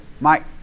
Mike